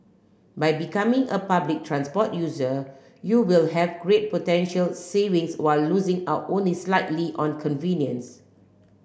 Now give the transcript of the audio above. by becoming a public transport user you will have great potential savings while losing out only slightly on convenience